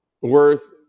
worth